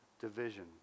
division